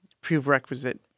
prerequisite